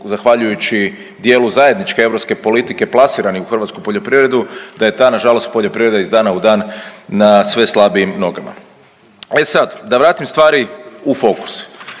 zahvaljujući dijelu zajedničke europske politike plasirani u hrvatsku poljoprivredu, da je ta na žalost poljoprivreda iz dana u dan na sve slabijim nogama. E sad, da vratim stvari u fokus.